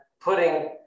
putting